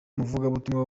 umuvugabutumwa